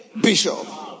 bishop